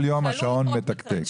כל יום השעון מתקתק.